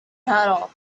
matter